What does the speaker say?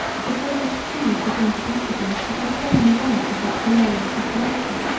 before they perceived his incapacity to sustain the weight of that glorious appellation.